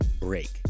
break